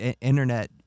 internet